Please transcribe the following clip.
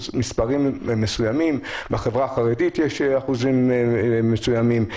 מספרים מסוימים, בחברה החרדית יש אחוזים מסוימים.